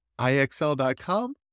IXL.com